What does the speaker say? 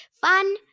Fun